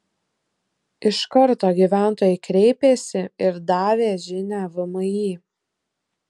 iš karto gyventojai kreipėsi ir davė žinią vmi